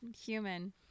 Human